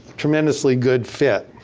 tremendously good fit.